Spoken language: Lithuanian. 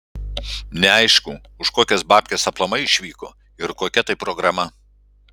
neaišku už kokias babkes aplamai išvyko ir kokia tai programa